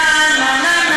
נה, נה,